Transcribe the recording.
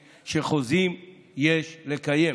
היא שחוזים יש לקיים,